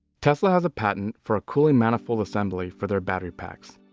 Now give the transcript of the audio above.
tesla has a patent for a cooling manifold assembly for their battery packs.